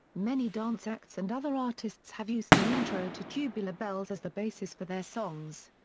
many dance acts and other artists have used the intro to tubular bells as the basis for their songs.